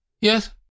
Yes